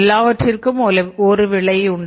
எல்லாவற்றிற்கும் ஒரு விலை உண்டு